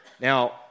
Now